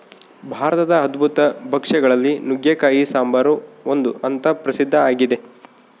ಭಾರತದ ಅದ್ಭುತ ಭಕ್ಷ್ಯ ಗಳಲ್ಲಿ ನುಗ್ಗೆಕಾಯಿ ಸಾಂಬಾರು ಒಂದು ಅಂತ ಪ್ರಸಿದ್ಧ ಆಗಿದೆ